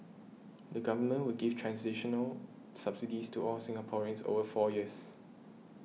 the Government will give transitional subsidies to all Singaporeans over four years